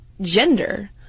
gender